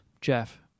Jeff